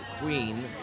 queen